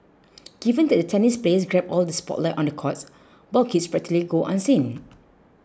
given that the tennis players grab all the spotlight on the courts ball kids practically go unseen